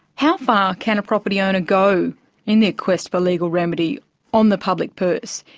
how far can a property owner go in their quest for legal remedy on the public purse,